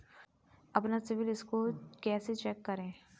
अपना सिबिल स्कोर कैसे चेक करें?